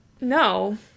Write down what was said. no